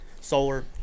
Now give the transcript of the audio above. Solar